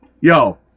yo